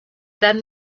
then